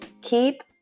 Keep